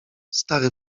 stary